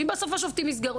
אם בסוף השופטים יסגרו,